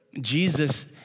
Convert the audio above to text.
Jesus